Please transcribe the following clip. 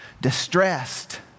distressed